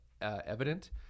evident